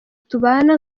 tubana